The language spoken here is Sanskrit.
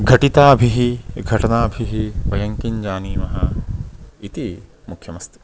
घटिताभिः घटनाभिः वयं किं जानीमः इति मुख्यमस्ति